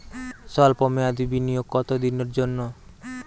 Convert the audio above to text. সল্প মেয়াদি বিনিয়োগ কত দিনের জন্য?